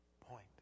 point